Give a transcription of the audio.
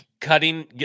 Cutting